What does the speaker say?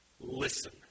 listen